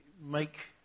make